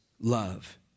love